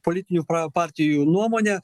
politinių partijų nuomone